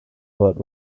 but